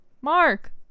mark